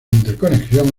interconexión